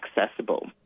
accessible